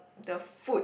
the food